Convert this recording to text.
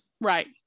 Right